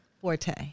forte